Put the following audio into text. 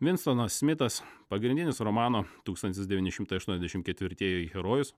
vinstonas smitas pagrindinis romano tūkstantis devyni šimtai aštuoniasdešim ketvirtieji herojus